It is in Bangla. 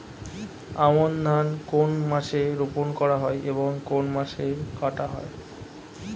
আমন ধান কোন মাসে রোপণ করা হয় এবং কোন মাসে কাটা হয়?